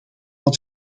het